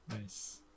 Nice